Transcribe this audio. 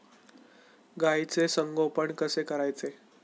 गाईचे संगोपन कसे करायचे?